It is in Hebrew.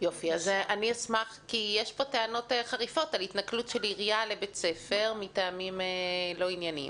יש פה טענות חריפות על התנכלות של עירייה לבית ספר מטעמים לא ענייניים.